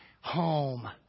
home